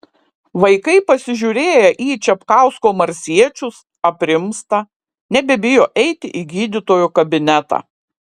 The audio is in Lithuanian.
vaikai pasižiūrėję į čepkausko marsiečius aprimsta nebebijo eiti į gydytojo kabinetą